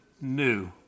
new